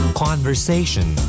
conversation